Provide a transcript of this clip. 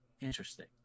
Interesting